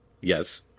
Yes